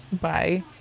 bye